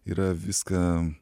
yra viską